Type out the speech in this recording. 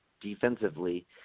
defensively